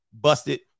busted